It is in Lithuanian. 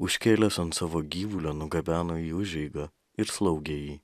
užkėlęs ant savo gyvulio nugabeno į užeigą ir slaugė jį